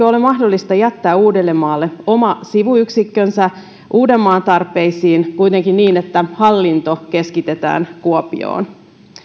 ole mahdollista jättää uudellemaalle oma sivuyksikkönsä uudenmaan tarpeisiin kuitenkin niin että hallinto keskitetään kuopioon